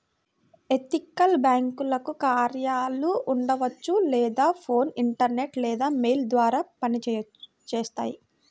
ethical బ్యేంకులకు కార్యాలయాలు ఉండవచ్చు లేదా ఫోన్, ఇంటర్నెట్ లేదా మెయిల్ ద్వారా పనిచేస్తాయి